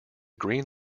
green